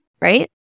right